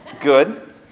Good